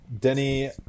Denny